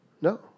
No